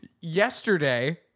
yesterday